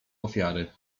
ofiary